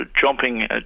jumping